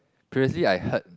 previously I heard